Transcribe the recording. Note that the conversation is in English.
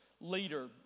leader